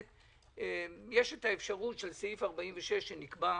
יש את האפשרות של סעיף 46 שנקבע,